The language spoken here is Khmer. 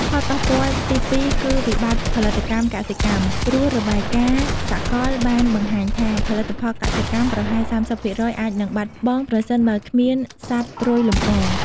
ផលប៉ះពាល់ទីពីរគឺវិបត្តិផលិតកម្មកសិកម្ម ព្រោះរបាយការណ៍សកលបានបង្ហាញថា ផលិតផលកសិកម្មប្រហែល ៣០% អាចនឹងបាត់បង់ ប្រសិនបើគ្មានសត្វរោយលំអង។